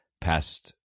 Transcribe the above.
past